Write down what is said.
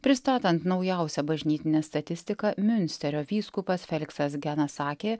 pristatant naujausią bažnytinę statistiką miunsterio vyskupas feliksas gena sakė